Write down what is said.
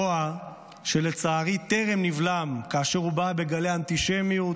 רוע שלצערי טרם נבלם, כאשר הוא בא בגלי אנטישמיות